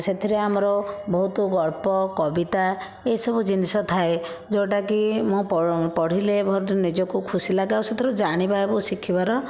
ସେଥିରେ ଆମର ବହୁତ ଗଳ୍ପ କବିତା ଏଇ ସବୁ ଜିନିଷ ଥାଏ ଯେଉଁଟାକି ମୁଁ ପଢ଼ିଲେ ବହୁତ ନିଜକୁ ଖୁସି ଲାଗେ ଆଉ ସେଥିରୁ ଜାଣିବା ଏବଂ ଶିଖିବାର